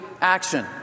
action